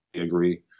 agree